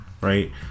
right